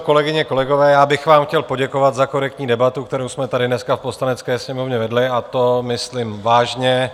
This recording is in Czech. Kolegyně, kolegové, já bych vám chtěl poděkovat za korektní debatu, kterou jsme tady dneska v Poslanecké sněmovně vedli, a to myslím vážně.